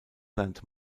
lernt